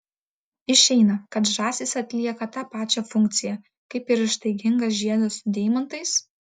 išeina kad žąsys atlieka tą pačią funkciją kaip ir ištaigingas žiedas su deimantais